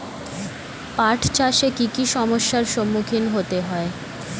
পাঠ চাষে কী কী সমস্যার সম্মুখীন হতে হয়?